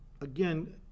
Again